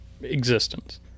existence